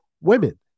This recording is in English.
Women